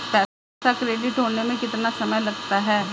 पैसा क्रेडिट होने में कितना समय लगता है?